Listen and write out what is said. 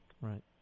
Right